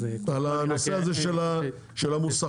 על הנושא הזה של המוסכים?